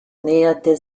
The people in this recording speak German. näherte